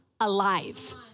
alive